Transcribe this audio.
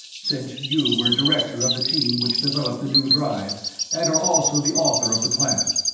since you were director of the team which developed the new drive and are also the author of the plan.